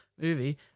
movie